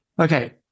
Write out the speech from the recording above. okay